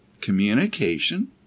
communication